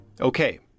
Okay